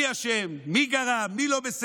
מי אשם, מי גרם, מי לא בסדר.